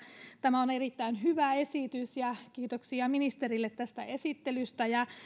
tämä on erittäin hyvä esitys ja kiitoksia ministerille tästä esittelystä